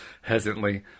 hesitantly